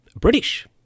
British